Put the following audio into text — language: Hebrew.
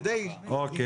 כדי --- אוקי,